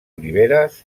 oliveres